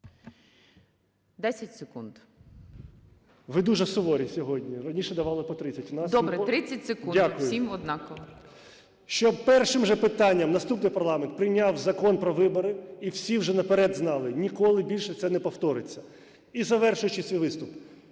С.А. Ви дуже суворі сьогодні, раніше давали по 30… ГОЛОВУЮЧИЙ. Добре, 30 секунд. Всім однаково. ЛЕЩЕНКО С.А. Дякую. Щоб першим же питанням наступний парламент прийняв Закон про вибори, і всі вже наперед знали: ніколи більше це не повториться. І завершуючи свій виступ.